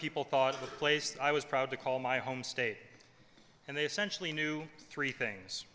people thought of the place i was proud to call my home state and they sensually knew three things